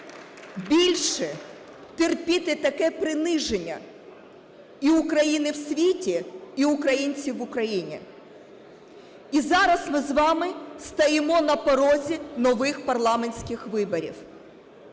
більше терпіти таке приниження і України в світі, і українців в Україні. І зараз ми з вами стоїмо на порозі нових парламентських виборів.